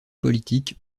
politique